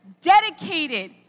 dedicated